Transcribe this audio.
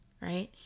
right